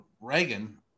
Reagan